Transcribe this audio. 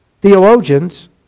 theologians